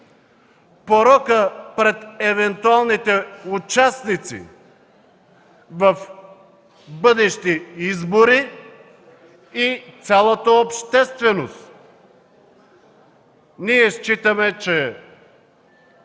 порокът пред евентуалните участници в бъдещи избори и цялата общественост. Ние считаме, че